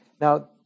Now